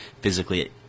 physically